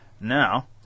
Now